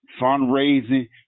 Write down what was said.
fundraising